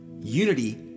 Unity